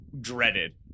dreaded